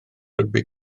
rygbi